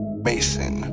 Basin